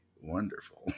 wonderful